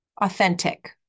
Authentic